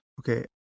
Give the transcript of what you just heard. Okay